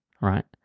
right